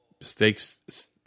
stakes